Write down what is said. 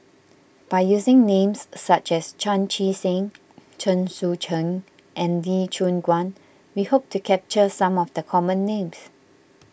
by using names such as Chan Chee Seng Chen Sucheng and Lee Choon Guan we hope to capture some of the common names